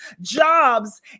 jobs